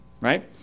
right